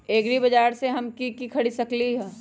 एग्रीबाजार से हम की की खरीद सकलियै ह?